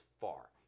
far